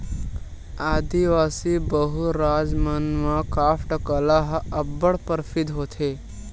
आदिवासी बहुल राज मन म कास्ठ कला ह अब्बड़ परसिद्ध होथे